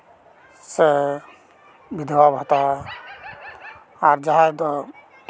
ᱥᱮ ᱵᱤᱫᱷᱚᱵᱟ ᱵᱷᱟᱛᱟ ᱟᱨ ᱡᱟᱦᱟᱸᱭ ᱫᱚ